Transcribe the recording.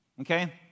Okay